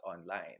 online